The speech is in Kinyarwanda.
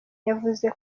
yavuze